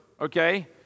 okay